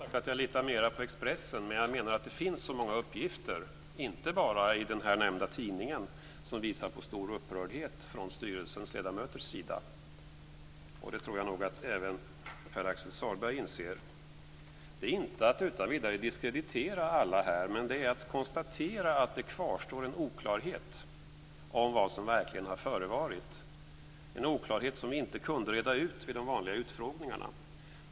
Fru talman! Jag har inte sagt att jag litar mer på Expressen, men jag menar att det finns många uppgifter - inte bara i den nämnda tidningen - som visar på stor upprördhet från ledamöternas sida i styrelsen. Det inser även Pär Axel Sahlberg. Det är inte utan vidare att diskreditera alla här, men det är att konstatera att det kvarstår en oklarhet om vad som verkligen har förevarit. Det är en oklarhet som vi inte kunde reda ut vid de vanliga utfrågningarna.